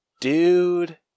Dude